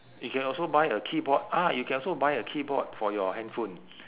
you can also buy a keyboard ah you can also buy a keyboard for your handphone